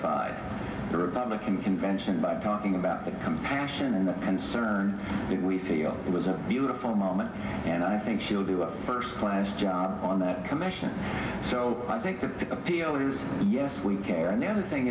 d the republican convention by talking about the compassion and the concern that we feel it was a beautiful moment and i think she'll do a first class job on that commission so i think the appeal is yes we care and the other thing